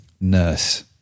Nurse